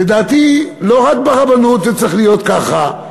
לדעתי לא רק ברבנות זה צריך להיות ככה.